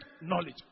knowledge